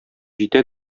җитә